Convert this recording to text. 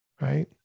right